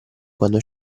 quando